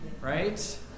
right